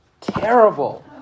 terrible